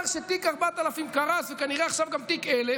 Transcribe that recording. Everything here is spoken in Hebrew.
שתיק 4000 קרס וכנראה עכשיו גם תיק 1000,